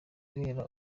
guhera